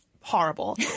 horrible